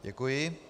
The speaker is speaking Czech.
Děkuji.